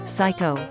Psycho